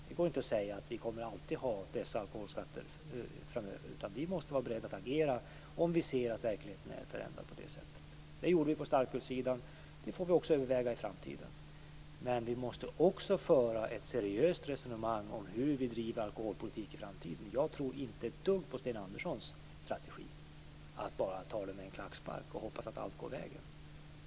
Det går inte att säga att vi alltid kommer att ha dessa alkoholskatter, utan vi måste vara beredda att agera om vi ser att verkligheten förändras. Det gjorde vi på starkölssidan, och det får vi även överväga i framtiden. Men vi måste också föra ett seriöst resonemang om vilken alkoholpolitik vi skall driva i framtiden. Jag tror inte ett dugg på Sten Anderssons strategi att bara ta det med en klackspark och hoppas att allt går vägen.